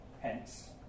Hence